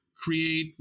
create